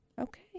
okay